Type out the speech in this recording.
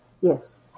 yes